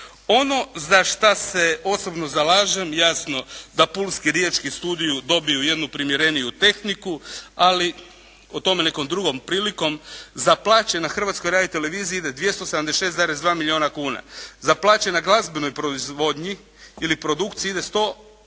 Ono za šta se osobno zalažem, jasno da Pulski, Riječki studiji dobiju jednu primjereniju tehniku. Ali o tome nekom drugom prilikom. Za plaće na Hrvatskoj radioteleviziji ide 276,2 milijuna kuna. Za plaće na glazbenoj proizvodnji ili produkciji ide 18,4 milijuna